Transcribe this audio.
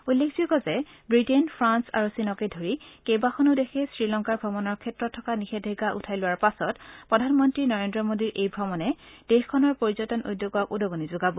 উল্লেখযোগ্য যে Britain France আৰু চীনকে ধৰি কেইবাখনো দেশে শ্ৰীলংকা ভ্ৰমণৰ ক্ষেত্ৰত থকা নিষেধাজ্ঞা উঠাই লোৱাৰ পিছত প্ৰধানমন্ত্ৰী নৰেন্দ্ৰ মোদীৰ এই ভ্ৰমণে দেশখনৰ পৰ্যটন উদ্যোগক উদগণি যোগাব